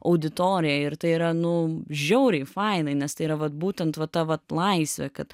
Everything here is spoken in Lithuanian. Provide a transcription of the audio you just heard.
auditoriją ir tai yra nu žiauriai fainai nes tai yra vat būtent va ta vat laisvė kad